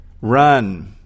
Run